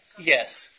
Yes